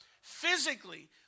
Physically